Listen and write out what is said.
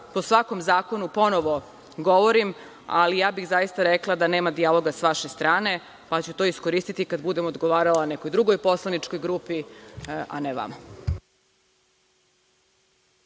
po svakom zakonu ponovo govorim, ali bih zaista rekla da nema dijaloga sa vaše strane, pa ću to iskoristiti kada budem odgovarala nekoj drugoj poslaničkoj grupi, a ne vama.